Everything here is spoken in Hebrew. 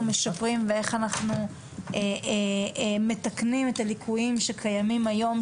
משפרים ואיך אנחנו מתקנים את הליקויים שקיימים היום,